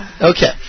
Okay